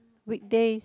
weekdays